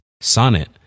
Sonnet